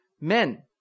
men